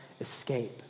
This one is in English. escape